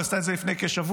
היא עשתה את זה לפני שבוע,